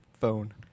phone